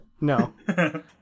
no